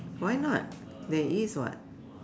why not there is what